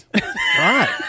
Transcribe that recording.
right